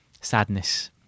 sadness